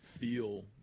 feel